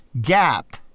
gap